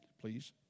please